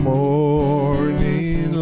morning